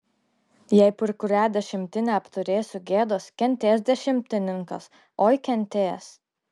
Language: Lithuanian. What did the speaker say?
jei per kurią dešimtinę apturėsiu gėdos kentės dešimtininkas oi kentės